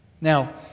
Now